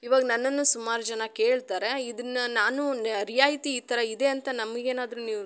ಇವಾಗ ನನ್ನನ್ನು ಸುಮಾರು ಜನ ಕೇಳ್ತಾರೆ ಇದನ್ನು ನಾನು ರಿಯಾಯಿತಿ ಈ ಥರ ಇದೆ ಅಂತ ನಮಗೇನಾದರೂ ನೀವು